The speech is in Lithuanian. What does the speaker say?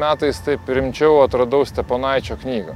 metais taip rimčiau atradau steponaičio knygą